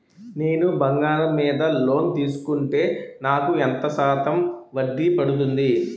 నేను బంగారం మీద లోన్ తీసుకుంటే నాకు ఎంత శాతం వడ్డీ పడుతుంది?